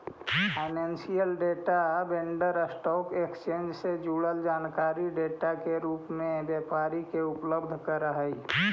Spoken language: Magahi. financial data vendor stock exchange से जुड़ल जानकारी डाटा के रूप में व्यापारी के उपलब्ध करऽ हई